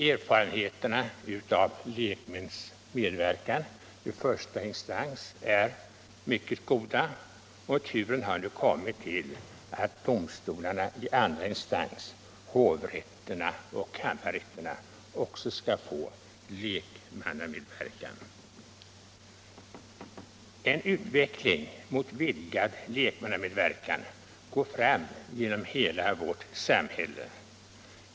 Erfarenheterna av lekmäns medverkan i första instans är mycket goda, och turen har nu kommit till att domstolarna i andra instans, hovrätterna och kammarrätterna, skall få lekmannamedverkan. En utveckling mot vidgad lekmannamedverkan går fram genom hela vårt samhälle.